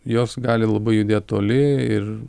jos gali labai judėt toli ir